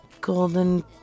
golden